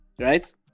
Right